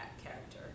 character